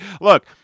look